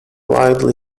widely